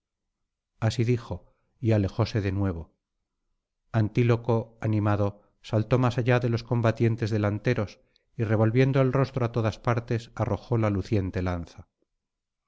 así dijo y alejóse de nuevo antíloco animado saltó más allá de los combatientes delanteros y revolviendo el rostro á todas partes arrojó la luciente lanza